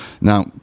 Now